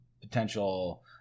potential –